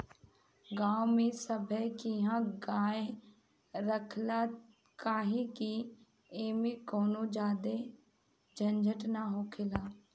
गांव में सभे किहा गाय रखाला काहे कि ऐमें कवनो ज्यादे झंझट ना हखेला